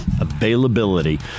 availability